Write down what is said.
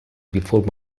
before